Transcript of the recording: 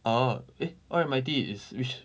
orh eh R_M_I_T is which